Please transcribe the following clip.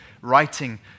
writing